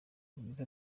rwiza